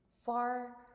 far